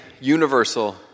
universal